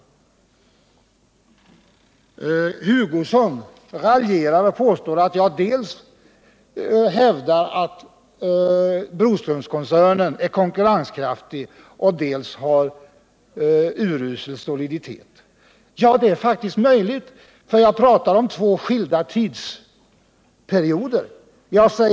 Kurt Hugosson raljerar och påstår att jag har hävdat att Broströmskoncernen dels är mycket konkurrenskraftig, dels har urusel soliditet. Ja, det är faktiskt möjligt, för jag pratar om två skilda tidsperioder.